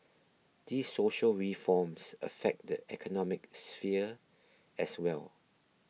these social reforms affect the economic sphere as well